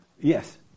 Yes